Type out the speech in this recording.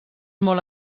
molt